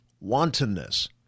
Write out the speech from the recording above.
wantonness